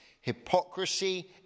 hypocrisy